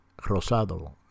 Rosado